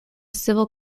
civil